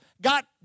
got